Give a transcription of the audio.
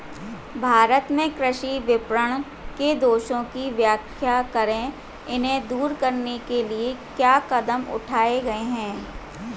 भारत में कृषि विपणन के दोषों की व्याख्या करें इन्हें दूर करने के लिए क्या कदम उठाए गए हैं?